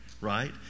right